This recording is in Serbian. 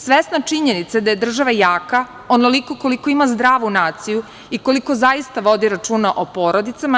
Svesna činjenice da je država jaka onoliko koliko ima zdravu naciju i koliko zaista vodi računa o porodicama.